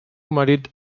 marit